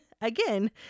again